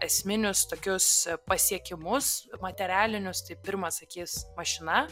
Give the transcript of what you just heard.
esminius tokius pasiekimus materialinius tai pirma sakys mašina